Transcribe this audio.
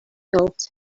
helped